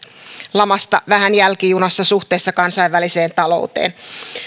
lamasta vähän jälkijunassa suhteessa kansainväliseen talouteen